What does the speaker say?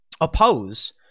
oppose